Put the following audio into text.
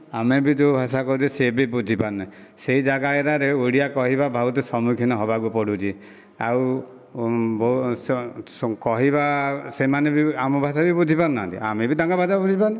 ଆମେ ବି ଯେଉଁ ଭାଷା କହୁଛେ ସେ ବି ବୁଝି ପାରୁନାହାନ୍ତି ସେ ଜାଗା ଗିରାରେ ରେ ଓଡ଼ିଆ କହିବାରେ ବହୁତ ସମ୍ମୁଖୀନ ହେବାକୁ ପଡ଼ୁଛି ଆଉ କହିବା ସେମାନେ ବି ଆମ ଭାଷା ବୁଝି ପାରୁନାହାନ୍ତି ଆମେ ବି ତାଙ୍କ ଭାଷା ବୁଝି ପାରୁନୁ